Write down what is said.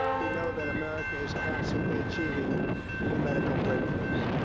we know that america is constantly achieving new medical breakthroughs.